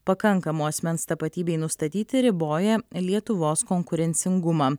pakankamu asmens tapatybei nustatyti riboja lietuvos konkurencingumą